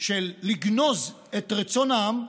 של לגנוז את רצון העם יימשך.